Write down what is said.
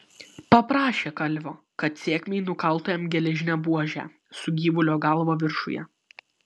paprašė kalvio kad sėkmei nukaltų jam geležinę buožę su gyvulio galva viršuje